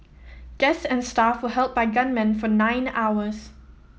guests and staff were held by gunmen for nine hours